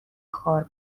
خوار